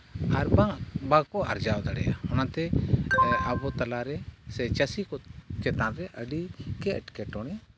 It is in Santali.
ᱟᱨᱵᱟᱝ ᱵᱟᱠᱚ ᱟᱨᱡᱟᱣ ᱫᱟᱲᱮᱭᱟᱜᱼᱟ ᱚᱱᱟᱛᱮ ᱟᱵᱚ ᱛᱟᱞᱟᱨᱮ ᱥᱮ ᱪᱟᱹᱥᱤ ᱠᱚ ᱪᱮᱛᱟᱱ ᱨᱮ ᱟᱹᱰᱤᱜᱮ ᱮᱴᱠᱮᱴᱚᱬᱮ